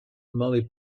molly